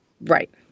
Right